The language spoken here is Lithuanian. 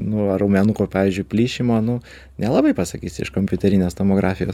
nu va raumenų kur pavyzdžiui plyšimą nu nelabai pasakysi iš kompiuterinės tomografijos